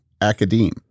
academe